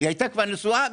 היא הייתה כבר נשואה,